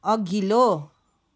अघिल्लो